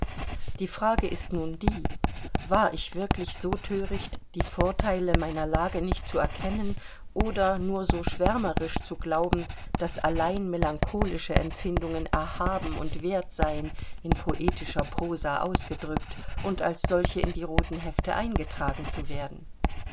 die frage ist nun die war ich wirklich so thöricht die vorteile meiner lage nicht zu erkennen oder nur so schwärmerisch zu glauben daß allein melancholische empfindungen erhaben und wert seien in poetischer prosa ausgedrückt und als solche in die roten hefte eingetragen zu werden